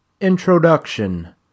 Introduction